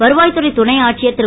வருவாய் துறை துணை ஆட்சியர் திரு